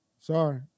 Sorry